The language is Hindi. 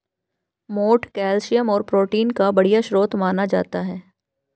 मोठ कैल्शियम और प्रोटीन का बढ़िया स्रोत माना जाता है